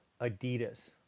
Adidas